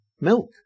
milk